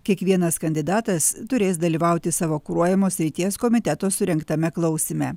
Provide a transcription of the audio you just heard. kiekvienas kandidatas turės dalyvauti savo kuruojamos srities komiteto surengtame klausyme